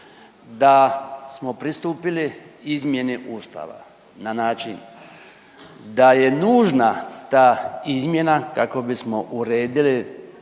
da smo pristupili izmjeni ustava na način da je nužna ta izmjena kako bismo uredili